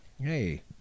hey